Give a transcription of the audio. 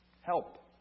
help